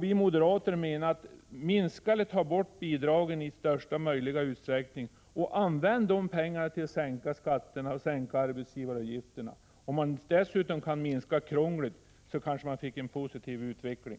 Vi moderater menar att man skall minska eller ta bort bidragen i största möjliga utsträckning och använda de pengarna till att sänka skatterna och arbetsgivaravgifterna. Om man dessutom kan minska krånglet så kanske man skulle få en positiv utveckling.